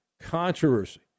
controversy